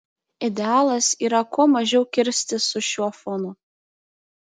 idealas yra kuo mažiau kirstis su šiuo fonu